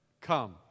Come